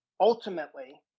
ultimately